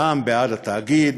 פעם בעד התאגיד,